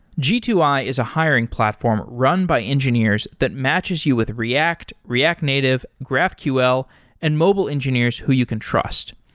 g two i is a hiring platform run by engineers that matches you with react, react native, graphql and mobile engineers who you can trust.